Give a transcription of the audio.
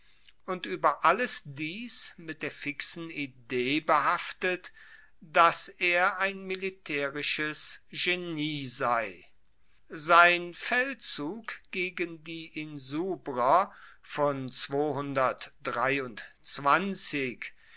und ueber alles dies mit der fixen idee behaftet dass er ein militaerisches genie sei sein feldzug gegen die insubrer von